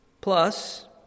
plus